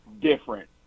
different